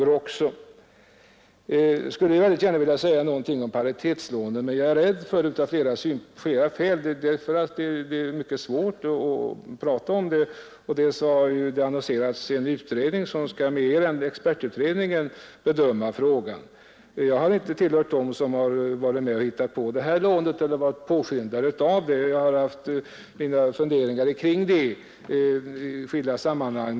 Sedan skulle jag också mycket gärna vilja säga något om paritetslånen, men av flera orsaker är jag rädd för att göra det. Dels är det mycket svårt att tala om de sakerna, dels har det nu annonserats en utredning som mer än expertutredningen skall bedöma den frågan. Jag har emellertid inte tillhört dem som varit påskyndare av paritetslånen, men jag har haft en del funderingar omkring dem i skilda sammanhang.